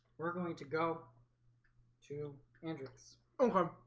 we're going to go to andres, okay?